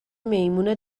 میمون